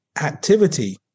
activity